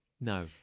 No